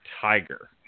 tiger